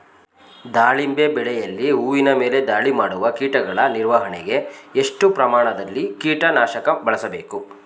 ದಾಳಿಂಬೆ ಬೆಳೆಯಲ್ಲಿ ಹೂವಿನ ಮೇಲೆ ದಾಳಿ ಮಾಡುವ ಕೀಟಗಳ ನಿರ್ವಹಣೆಗೆ, ಎಷ್ಟು ಪ್ರಮಾಣದಲ್ಲಿ ಕೀಟ ನಾಶಕ ಬಳಸಬೇಕು?